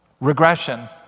regression